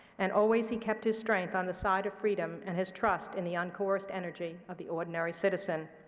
and always he kept his strength on the side of freedom and his trust in the uncoerced energy of the ordinary citizen.